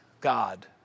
God